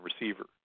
receiver